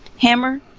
hammer